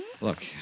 Look